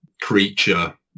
creature